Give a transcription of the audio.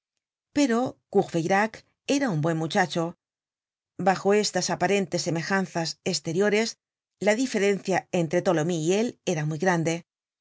pero courfeyrac era un buen muchacho bajo estas aparentes semejanzas esteriores la diferencia entre tolomyes y él era muy grande